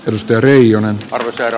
reijonen tässä